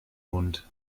mund